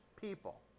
people